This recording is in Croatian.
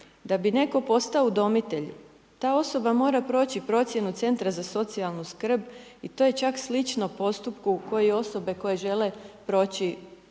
Da bi netko postao udomitelj, ta osoba mora proći procjenu Centra za socijalnu skrb i to je čak slično postupku koji osobe koje žele proći